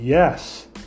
Yes